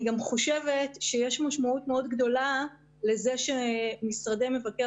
אני גם חושבת שיש משמעות מאוד גדולה לזה שמשרדי מבקר